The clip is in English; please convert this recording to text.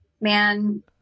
man